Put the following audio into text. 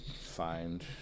find